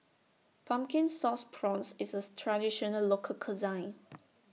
Pumpkin Sauce Prawns IS A Traditional Local Cuisine